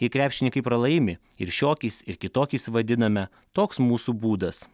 kai krepšininkai pralaimi ir šiokiais ir kitokiais vadiname toks mūsų būdas